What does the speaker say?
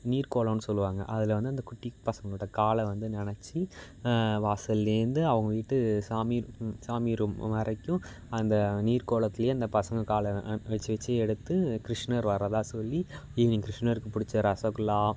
நீர்க்கோலம்னு சொல்வாங்க அதில் வந்து அந்த குட்டிப் பசங்களோடய காலை வந்து நனச்சி வாசல்லேருந்து அவங்க வீட்டு சாமி சாமி ரூம் வரைக்கும் அந்த நீர்க்கோலத்துலேயே அந்த பசங்க காலை வெச்சி வெச்சி எடுத்து கிருஷ்ணர் வர்றதாக சொல்லி ஈவினிங் கிருஷ்ணருக்கு பிடிச்ச ரசகுல்லா